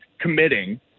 committing